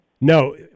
No